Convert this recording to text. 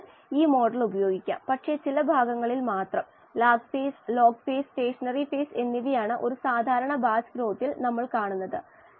ഈ രീതിയുടെ പശ്ചാത്തലത്തിൽ സിസ്റ്റത്തിനു മുകളിൽ ഓക്സിജന്റെ മാസ് ബാലൻസ് നമുക്ക് വീണ്ടും നോക്കാം ബ്രോത്ത് മൈനസ് കുമിളകൾ